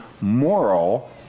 moral